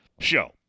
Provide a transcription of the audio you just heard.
show